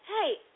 hey